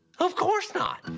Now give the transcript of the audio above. of course not!